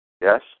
Yes